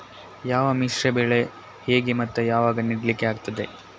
ಯಾವ ಮಿಶ್ರ ಬೆಳೆ ಹೇಗೆ ಮತ್ತೆ ಯಾವಾಗ ನೆಡ್ಲಿಕ್ಕೆ ಆಗ್ತದೆ?